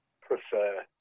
prefer